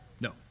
No